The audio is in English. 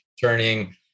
turning